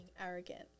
arrogant